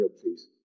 please